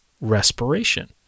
respiration